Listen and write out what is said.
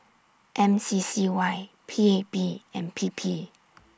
M C C Y P A P and P P